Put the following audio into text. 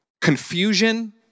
confusion